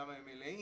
למה הם מלאים,